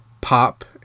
pop